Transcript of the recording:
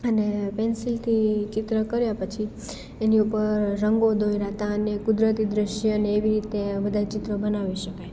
અને પેન્સિલથી ચિત્ર કર્યા પછી એની ઉપર રંગો દોર્યાં હતા અને કુદરતી દ્રશ્યને એવી રીતે બધાય ચિત્રો બનાવી શકાય